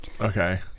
okay